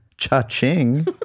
Cha-ching